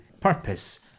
purpose